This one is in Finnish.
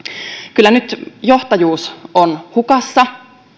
kyllä nyt johtajuus on hukassa